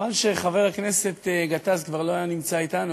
חבל שחבר הכנסת גטאס כבר לא נמצא אתנו,